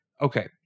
okay